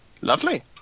Lovely